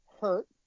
hurt